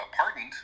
pardoned